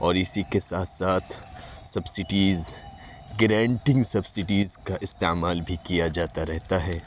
اور اسی کے ساتھ ساتھ سبسٹیز گرینٹنگ سبسڈیز کا استعمال بھی کیا جاتا رہتا ہے